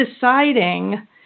deciding